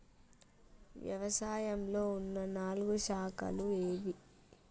వ్యవసాయంలో ఉన్న నాలుగు శాఖలు ఏవి?